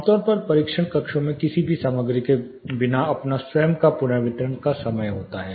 आमतौर पर परीक्षण कक्षों में किसी भी सामग्री के बिना अपना स्वयं का पुनर्वितरण का समय होता है